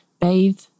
bathe